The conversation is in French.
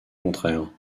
contraire